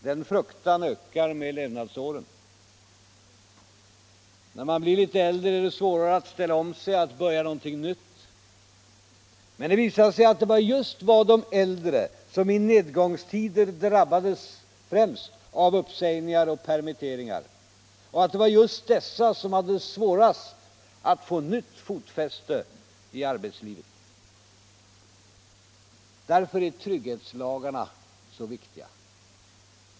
Den fruktan ökar med levnadsåren. När man blir litet äldre är det svårare att ställa om sig, att börja någonting nytt. Men det visade sig att det just var de äldre som i nedgångstider drabbades främst av uppsägningar och permitteringar och att det var just dessa som hade svårast att få nytt fotfäste i arbetslivet. Därför är trygghetslagarna så viktiga.